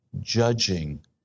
judging